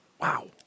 Wow